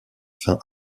fin